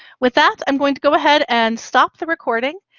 with that, i'm going to go ahead and stop the recording,